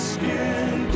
Skin